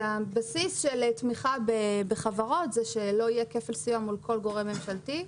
הבסיס של תמיכה בחברות הוא שלא יהיה כפל סיוע מול כל גורם ממשלתי.